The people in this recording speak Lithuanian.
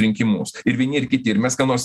rinkimus ir vieni ir kiti ir mes ką nors